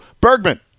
Bergman